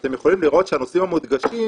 אתם יכולים לראות שהנושאים המודגשים